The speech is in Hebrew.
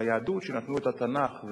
והיהדות שנתנה את התנ"ך,